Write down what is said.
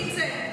בבקשה.